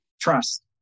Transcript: trust